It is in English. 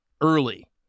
early